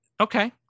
Okay